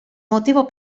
motivo